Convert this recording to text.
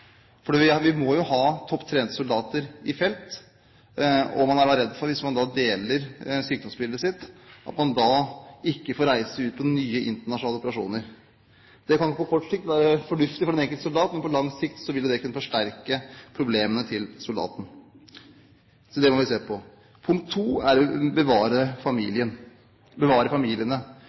Vi må jo ha topptrente soldater i felt, og hvis man deler sykdomsbildet sitt, er man redd for at man ikke får reise ut på nye internasjonale operasjoner. Det kan på kort sikt være fornuftig for den enkelte soldat, men på lang sikt vil det kunne forsterke problemene til soldaten. Så det må vi se på. Punkt 2 er å bevare